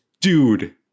Dude